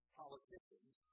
politicians